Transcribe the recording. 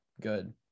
good